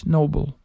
Noble